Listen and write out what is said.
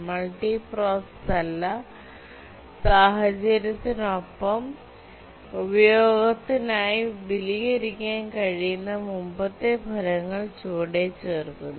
മൾട്ടിപ്രൊസസ്സ സാഹചര്യത്തിനൊപ്പം ഉപയോഗത്തിനായി വിപുലീകരിക്കാൻ കഴിയുന്ന മുമ്പത്തെ ഫലങ്ങൾ ചുവടെ ചേർക്കുന്നു